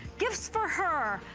gifts for her!